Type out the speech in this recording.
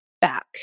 back